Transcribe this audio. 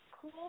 cool